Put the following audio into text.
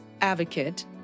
advocate